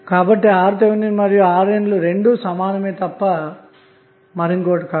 కాబట్టి RTh మరియు RN లు రెండూ సమానమే తప్ప మరేమీ కాదు